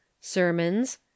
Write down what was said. sermons